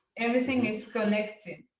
everything is connected.